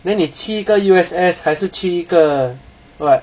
then 你去一个 U_S_S 还是去一个 [what]